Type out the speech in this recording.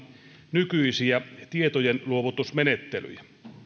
nykyisiä tietojen luovutusmenettelyjä